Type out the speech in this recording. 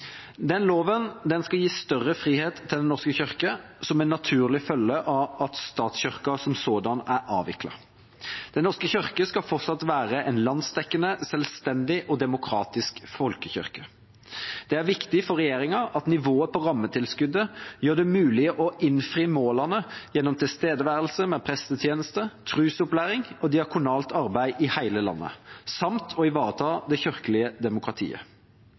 Den norske kirke, som en naturlig følge av at statskirken som sådan er avviklet. Den norske kirke skal fortsatt være en landsdekkende, selvstendig og demokratisk folkekirke. Det er viktig for regjeringa at nivået på rammetilskuddet gjør det mulig å innfri målene gjennom tilstedeværelse med prestetjeneste, trosopplæring og diakonalt arbeid i hele landet, samt å ivareta det kirkelige demokratiet.